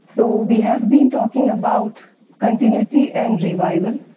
so, we have been talking about continuity and revival,